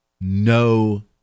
no